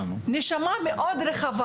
נשמה רחבה מאוד.